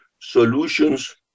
solutions